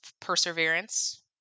perseverance